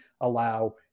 allow